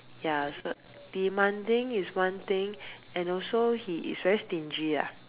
ya so demanding is one thing and also he is very stingy lah